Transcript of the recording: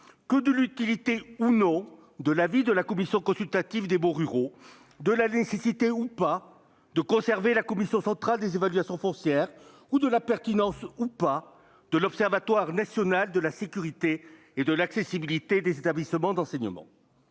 que de l'utilité de la commission consultative des baux ruraux, de l'opportunité de conserver la Commission centrale des évaluations foncières ou de la pertinence de l'Observatoire national de la sécurité et de l'accessibilité des établissements d'enseignement